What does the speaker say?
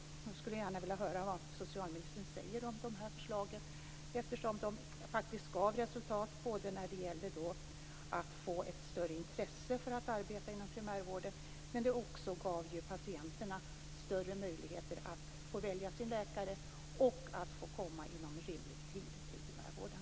Jag skulle gärna vilja höra vad socialministern säger om dessa förslag, eftersom de gav resultat när det gällde att öka intresset för att arbeta inom primärvården. De gav också patienterna större möjligheter att välja läkare och att få komma inom rimlig tid till primärvården.